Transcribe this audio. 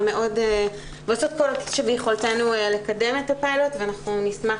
ועושות כל שביכולתנו לקדם את הפיילוט ונשמח